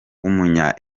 w’umunya